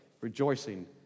rejoicing